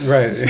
Right